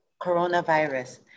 coronavirus